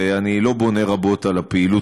ואני לא בונה רבות על הפעילות,